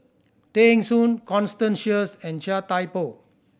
Tay Soon Constance Sheares and Chia Thye Poh